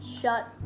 Shut